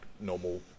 normal